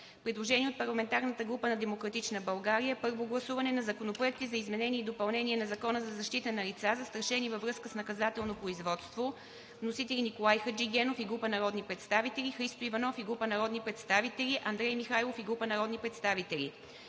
Предложение на парламентарната група на „Демократична България“: 2. Първо гласуване на законопроекти за изменение и допълнение на Закона за защита на лица, застрашени във връзка с наказателно производство. Вносители – Николай Хаджигенов и група народни представители; Христо Иванов и група народни представители; Андрей Михайлов и група народни представители.